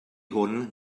hwn